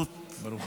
תודה.